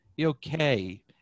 okay